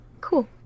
Cool